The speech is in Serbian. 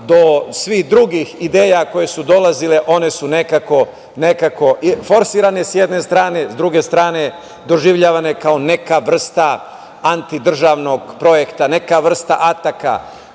do svih drugim ideja koje su dolazile one su nekako forsirane, sa jedne strane, a sa druge strane doživljavane kao neka vrsta antidržavnog projekta, neka vrsta ataka. Nemamo